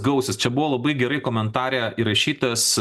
gausis čia buvo labai gerai komentare įrašytas